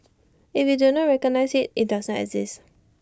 if you do not recognize IT does exist